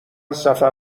سفر